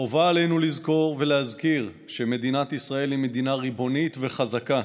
חובה עלינו לזכור ולהזכיר שמדינת ישראל היא מדינה ריבונית וחזקה.